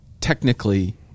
technically